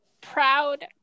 proud